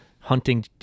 Hunting